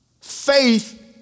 faith